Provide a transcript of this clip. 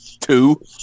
two